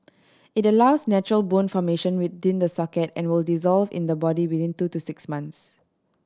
it allows natural bone formation within the socket and will dissolve in the body within two to six months